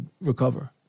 recover